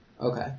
Okay